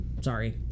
Sorry